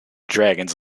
dragons